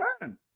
time